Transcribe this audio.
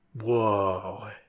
Whoa